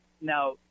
Now